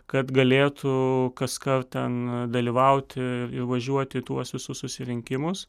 kad galėtų kaskart ten dalyvauti važiuoti į tuos visus susirinkimus